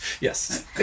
yes